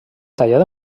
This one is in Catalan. tallada